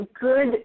good